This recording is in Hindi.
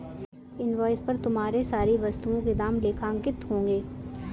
इन्वॉइस पर तुम्हारे सारी वस्तुओं के दाम लेखांकित होंगे